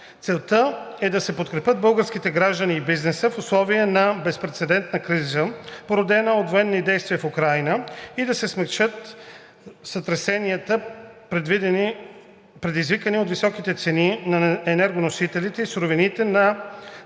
Целта е да се подкрепят българските граждани и бизнеса в условията на безпрецедентна криза, породена от военните действия в Украйна и да се смекчат сътресенията, предизвикани от високите цени на енергоносителите и суровините за уязвимите